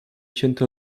cięte